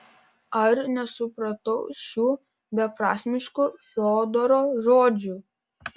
ar nesupratau šių beprasmiškų fiodoro žodžių